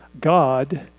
God